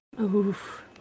Oof